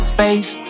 face